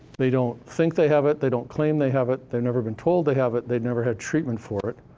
they don't think they have it, they don't claim they have it, they've never been told they have it, they've never had treatment for it,